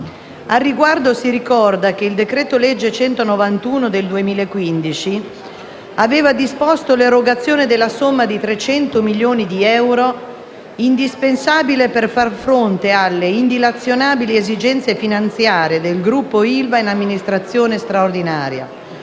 Al riguardo, si ricorda che il decreto-legge n. 191 del 2015 aveva disposto l'erogazione della somma di 300 milioni di euro, «indispensabile per far fronte alle indilazionabili esigenze finanziarie del Gruppo ILVA in amministrazione straordinaria»,